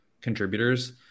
contributors